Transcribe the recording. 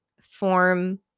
form